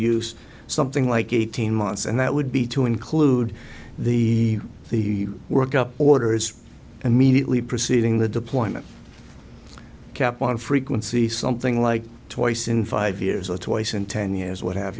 use something like eighteen months and that would be to include the the work up orders immediately preceding the deployment cap on frequency something like twice in five years or twice in ten years what have